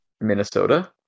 minnesota